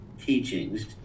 teachings